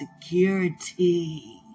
security